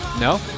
no